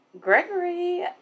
Gregory